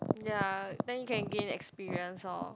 ya then you can gain experience orh